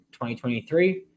2023